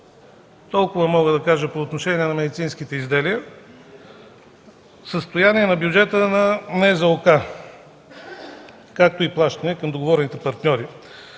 Толкова мога да кажа по отношение на медицинските изделия. Състояние на бюджета на НЗОК, както и плащания към договорените партньори.